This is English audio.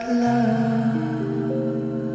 love